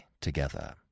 together